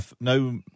no